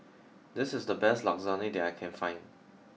this is the best Lasagne that I can find